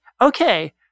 okay